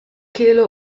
kehle